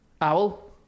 Owl